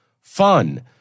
Fun